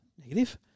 Negative